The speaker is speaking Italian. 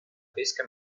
pesca